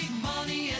money